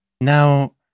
Now